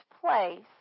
place